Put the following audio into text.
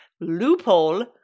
loophole